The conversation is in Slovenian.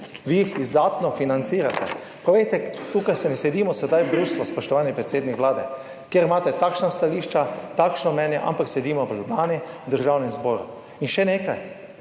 Vi jih izdatno financirate. Povejte, tukaj ne sedimo sedaj v Bruslju, spoštovani predsednik Vlade, kjer imate takšna stališča, takšno mnenje, ampak sedimo v Ljubljani, v Državnem zboru. In še nekaj.